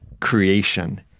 creation